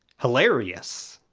hilarious.